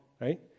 right